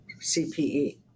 CPE